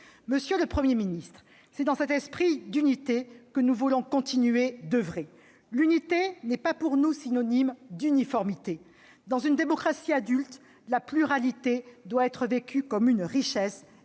Monsieur le Premier ministre, c'est dans cet esprit d'unité que nous voulons continuer d'oeuvrer. L'unité n'est pas, à nos yeux, synonyme d'uniformité. Dans une démocratie adulte, la pluralité doit être vécue comme une richesse,